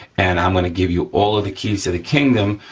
and i'm gonna give you all of the keys to the kingdom,